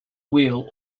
wheel